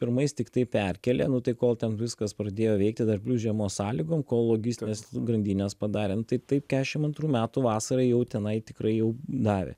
pirmais tiktai perkėlė nu tai kol ten viskas pradėjo veikti dar plius žiemos sąlygom kol logistines grandines padarė nu tai taip kedešim antrų metų vasarą jau tenai tikrai jau davė